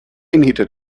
needed